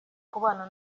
kubana